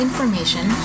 information